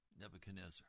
Nebuchadnezzar